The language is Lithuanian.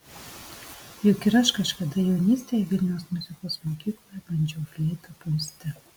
juk ir aš kažkada jaunystėje vilniaus muzikos mokykloje bandžiau fleitą pūsti